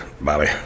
Bobby